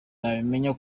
nabimenye